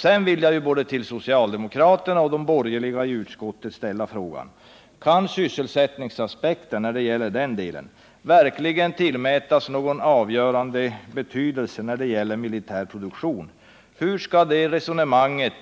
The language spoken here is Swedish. Sedan vill jag till både socialdemokraterna och de borgerliga i utskottet ställa frågorna: Kan sysselsättningsaspekten i den delen verkligen tillmätas någon avgörande betydelse när det gäller militär produktion? Hur går det resonemanget